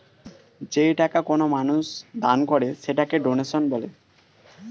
যেই টাকা কোনো মানুষ দান করে সেটাকে ডোনেশন বলা হয়